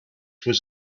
was